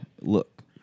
look